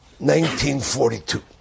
1942